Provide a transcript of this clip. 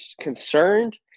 concerned